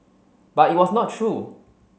but it was not true